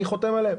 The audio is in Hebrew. אני חותם עליהם.